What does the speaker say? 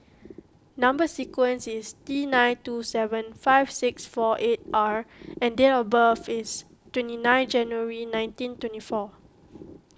Number Sequence is T nine two seven five six four eight R and date of birth is twenty nine January nineteen twenty four